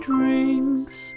Drinks